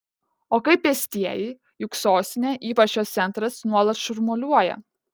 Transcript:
o kaip pėstieji juk sostinė ypač jos centras nuolat šurmuliuoja